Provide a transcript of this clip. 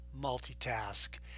multitask